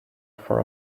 for